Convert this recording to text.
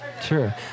sure